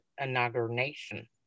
Inauguration